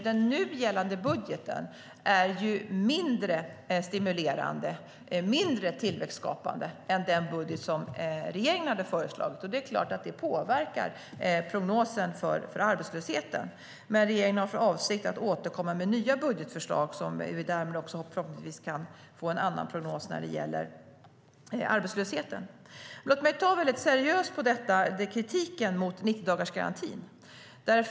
Den nu gällande budgeten är mindre stimulerande och tillväxtskapande än den budget som regeringen hade föreslagit. Det är klart att det påverkar prognosen för arbetslösheten. Regeringen har för avsikt att återkomma med nya budgetförslag som gör att vi därmed förhoppningsvis kan få en annan prognos för arbetslösheten. Låt mig ta väldigt seriöst på kritiken mot 90-dagarsgarantin.